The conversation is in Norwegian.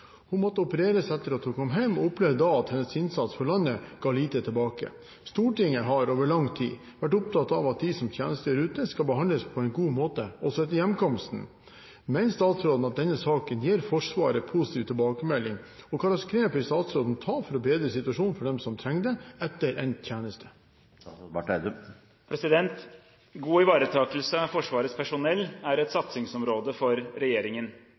Hun måtte opereres etter at hun kom hjem, og opplevde da at hennes innsats for landet ga lite tilbake. Stortinget har over lang tid vært opptatt av at de som tjenestegjør ute, skal behandles på en god måte også etter hjemkomsten. Mener statsråden at denne saken gir Forsvaret positiv tilbakemelding, og hvilke grep vil statsråden ta for å bedre situasjonen for dem som trenger det etter endt tjeneste?» God ivaretakelse av Forsvarets personell er et satsingsområde for regjeringen.